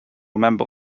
member